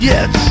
Yes